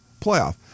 playoff